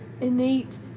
innate